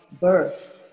birth